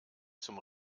zum